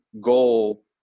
goal